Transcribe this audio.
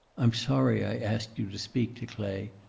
i'm sorry i asked you to speak to clay.